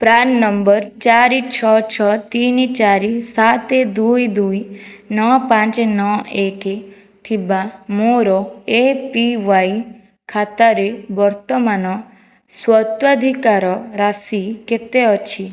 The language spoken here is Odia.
ପ୍ରାନ୍ ନମ୍ବର ଚାରି ଛଅ ଛଅ ତିନି ଚାରି ସାତ ଦୁଇ ଦୁଇ ନଅ ପାଞ୍ଚ ନଅ ଏକ ଥିବା ମୋର ଏ ପି ୱାଇ ଖାତାରେ ବର୍ତ୍ତମାନ ସ୍ୱତ୍ୱାଧିକାର ରାଶି କେତେ ଅଛି